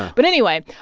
but anyway,